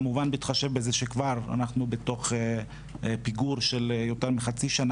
כמובן בהתחשב בזה שאנחנו כבר בפיגור של יותר מחצי שנה.